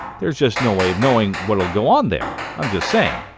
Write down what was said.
there's just no way of knowing what'll go on there. i'm just saying.